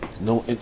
no